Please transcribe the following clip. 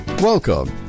Welcome